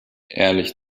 ehrlich